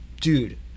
dude